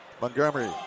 Montgomery